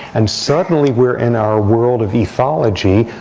and suddenly, we're in our world of ethology.